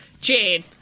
Jade